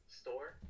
store